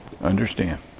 Understand